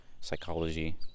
psychology